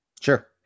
sure